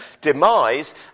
demise